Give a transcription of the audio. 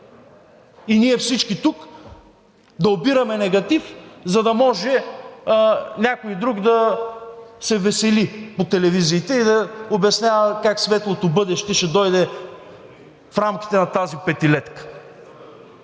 И ние всички тук да обираме негатив, за да може някой друг да се весели по телевизиите и да обяснява как светлото бъдеще ще дойде в рамките на тази петилетка.